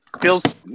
feels